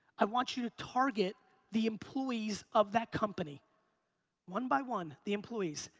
i want you to target the employees of that company one by one. the employees.